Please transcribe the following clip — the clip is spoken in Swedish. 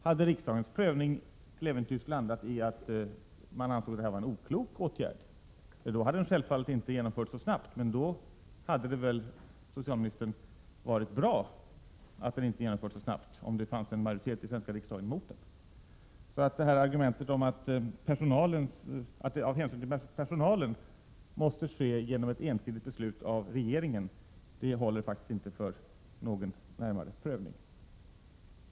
Hade riksdagen i sin prövning till äventyrs kommit till slutsatsen att en sådan förändring vore en oklok åtgärd, hade den självfallet inte genomförts så snabbt, men det hade väl då, socialministern, bara varit bra, om det fanns en majoritet i svenska riksdagen emot den. Argumentet att överförandet av hänsyn till personalen måste ske genom ett ensidigt beslut av regeringen, håller faktiskt inte för någon närmare prövning.